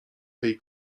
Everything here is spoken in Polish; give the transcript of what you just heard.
tej